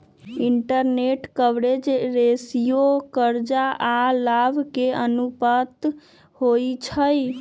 interest coverage ratio करजा आऽ लाभ के अनुपात होइ छइ